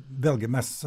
vėlgi mes